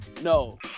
No